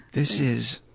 this is,